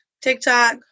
TikTok